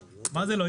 מה זה לא?